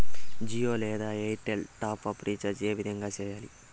జియో లేదా Airtel top up recharge ఏ విధంగా సేయాలి